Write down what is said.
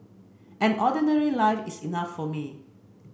an ordinary life is enough for me